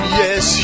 yes